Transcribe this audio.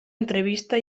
entrevista